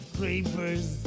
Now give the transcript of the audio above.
creepers